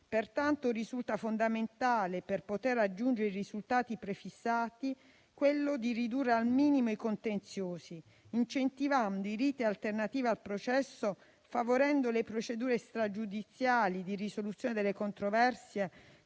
Pertanto risulta fondamentale, per poter raggiungere i risultati prefissati, cercare di ridurre al minimo i contenziosi, incentivando i riti alternativi al processo e favorendo le procedure stragiudiziali di risoluzione delle controversie